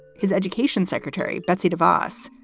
his education secretary, betsy davos,